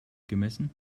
gemessen